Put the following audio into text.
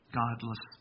godless